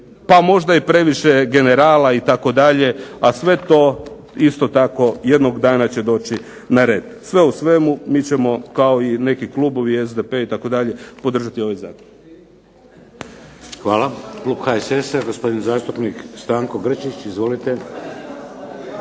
pa možda i previše generala itd. a sve to isto tako jednog dana će doći na red. Sve u svemu mi ćemo kao i neki klubovi, SDP itd. podržati ovaj zakon. **Šeks, Vladimir (HDZ)** Hvala. Klub HSS-a gospodin zastupnik Stanko Grčić. Izvolite.